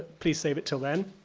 please save it till then.